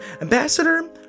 Ambassador